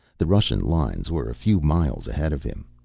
the russian lines were a few miles ahead of him.